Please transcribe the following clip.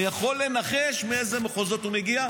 אני יכול לנחש מאיזה מחוזות הוא מגיע,